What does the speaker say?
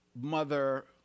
Mother